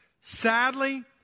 Sadly